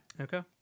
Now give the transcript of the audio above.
Okay